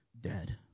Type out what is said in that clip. dead